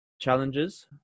challenges